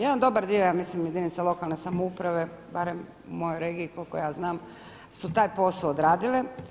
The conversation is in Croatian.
Jedan dobar dio ja mislim jedinica lokalne samouprave barem u mojoj regiji koliko ja znam su taj posao odradile.